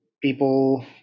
people